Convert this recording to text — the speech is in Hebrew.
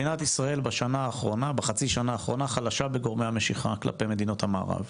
מדינת ישראל בחצי השנה האחרונה חלשה בגורמי המשיכה כלפי מדינות המערב.